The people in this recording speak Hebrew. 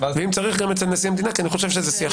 ואם צריך גם אצל נשיא המדינה כי אני חושב שזה שיח חשוב.